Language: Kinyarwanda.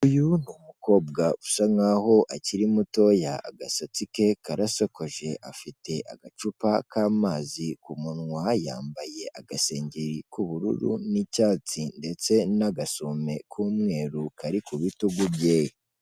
Uyu ni umukobwa usa nk'aho akiri mutoya, agasatsi ke karasokoje, afite agacupa k'amazi ku munwa, yambaye agasengeri k'ubururu n'icyatsi ndetse n'agasume k'umweru kari ku bitugu bye.